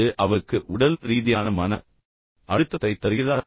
அது அவருக்கு உடல் ரீதியான மன அழுத்தத்தைத் தருகிறதா